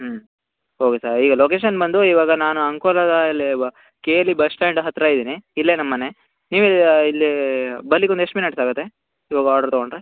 ಹ್ಞೂ okay sir ಈಗ location ಬಂದು ಇವಾಗ ನಾನು ಅಂಕೋಲದಲ್ಲಿ ಬ K L E bus stand ಹತ್ತಿರ ಇದೀನಿ ಇಲ್ಲೇ ನಮ್ಮ ಮನೆ ನೀವು ಇಲ್ಲಿ ಬರ್ಲಿಕ್ಕೆ ಒಂದು ಎಷ್ಟು ಮಿನಟ್ಸ್ ಆಗುತ್ತೆ ಇವಾಗ ಆರ್ಡ್ರ್ ತೊಗೊಂಡರೆ